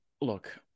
Look